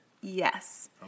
Yes